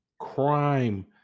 crime